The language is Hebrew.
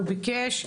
הוא ביקש.